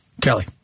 Kelly